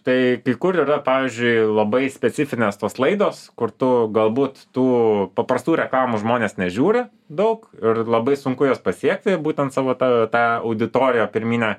tai kur yra pavyzdžiui labai specifinės tos laidos kur tu galbūt tų paprastų reklamų žmonės nežiūri daug ir labai sunku juos pasiekti būtent savo ta tą auditoriją pirminę